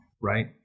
right